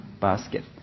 basket